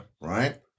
right